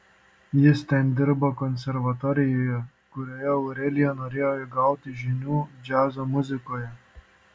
jis ten dirbo konservatorijoje kurioje aurelija norėjo įgauti žinių džiazo muzikoje